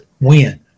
win